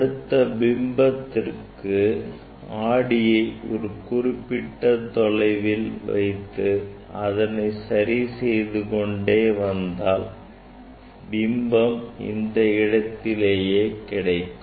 அடுத்த பிம்பத்திற்கு ஆடியை ஒரு குறிப்பிட்ட தொலைவில் வைத்து அதனை சரிசெய்து கொண்டே வந்தால் பிம்பம் இந்த இடத்திலேயே கிடைக்கும்